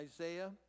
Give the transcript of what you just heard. Isaiah